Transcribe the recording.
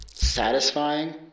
Satisfying